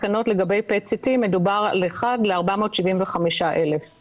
בתקנות לגבי PET-CT מדובר על 1:475,000 נפש.